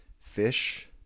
fish